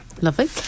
lovely